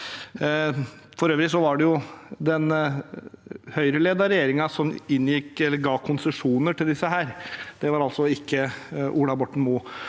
for øvrig den Høyre-ledede regjeringen som ga konsesjoner til disse, og det var altså ikke Ola Borten Moe.